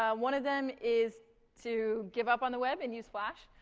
um one of them is to give up on the web and use flash,